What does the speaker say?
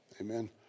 Amen